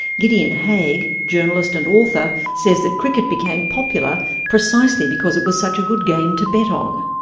gideon haigh, journalist and author, says that cricket became popular precisely because it was such a good game to bet on.